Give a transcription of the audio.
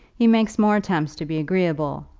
he makes more attempts to be agreeable,